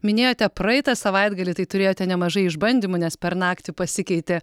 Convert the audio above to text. minėjote praeitą savaitgalį tai turėjote nemažai išbandymų nes per naktį pasikeitė